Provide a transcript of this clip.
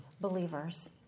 believers